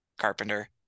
carpenter